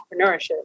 entrepreneurship